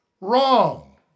Wrong